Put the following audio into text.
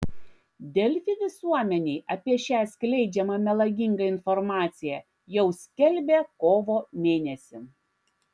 delfi visuomenei apie šią skleidžiamą melagingą informaciją jau skelbė kovo mėnesį